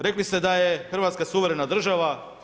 Rekli ste da je Hrvatske suverena država.